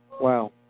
Wow